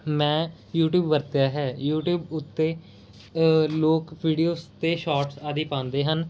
ਮੈਂ ਯੂਟੀਊਬ ਵਰਤਿਆ ਹੈ ਯੂਟੀਊਬ ਉੱਤੇ ਲੋਕ ਵੀਡੀਓਜ ਅਤੇ ਸ਼ਾਰਟਸ ਆਦਿ ਪਾਉਂਦੇ ਹਨ